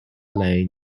lane